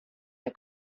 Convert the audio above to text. der